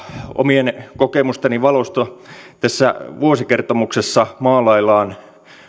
omien kokemusteni valossa tässä vuosikertomuksessa maalaillaan